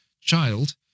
child